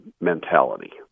mentality